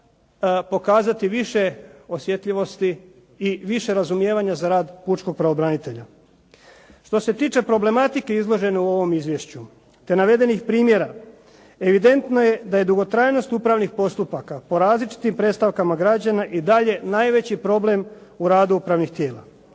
pokazati više osjetljivosti i više razumijevanja za rad pučkog pravobranitelja. Što se tiče problematike izložene u ovom izvješću te navedenih primjera, evidentno je da je dugotrajnost upravnih postupaka po različitim predstavkama građana i dalje najveći problem u radu upravnih tijela.